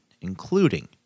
including